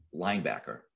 linebacker